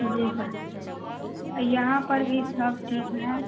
जी sir यहाँ पर भी सब ठीक है